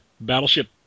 Battleship